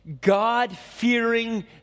God-fearing